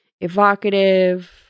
evocative